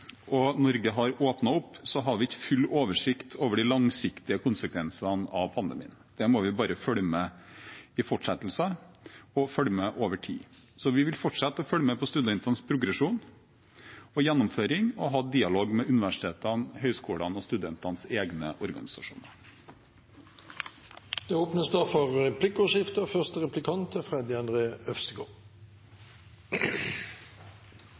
og Norge har åpnet opp, har vi ikke full oversikt over de langsiktige konsekvensene av pandemien. Der må vi bare følge med i fortsettelsen og over tid. Vi vil fortsette å følge med på studentenes progresjon og gjennomføring og ha dialog med universitetene, høyskolene og studentenes egne organisasjoner. Det blir replikkordskifte. Den sosiale og økonomiske tryggheten til studentene er